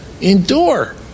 endure